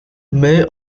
may